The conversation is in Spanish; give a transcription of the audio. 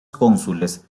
cónsules